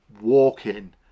walking